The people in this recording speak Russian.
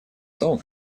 том